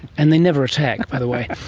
and they never attack by the way.